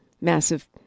massive